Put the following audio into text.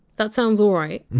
that sounds alright.